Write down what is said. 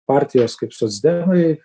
partijos kaip socdemai